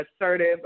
assertive